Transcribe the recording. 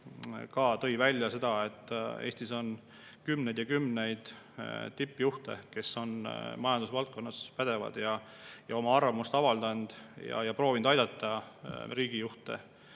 tõi välja selle, et Eestis on kümneid ja kümneid tippjuhte, kes on majandusvaldkonnas pädevad, kes on oma arvamust avaldanud ja on proovinud aidata riigijuhtidel